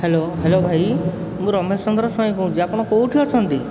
hello hello ଭାଇ ମୁଁ ରମେଶଚନ୍ଦ୍ର ସ୍ଵାଇଁ କହୁଛି ଆପଣ କେଉଁଠି ଅଛନ୍ତି